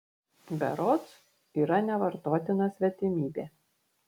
berods yra nevartotina svetimybė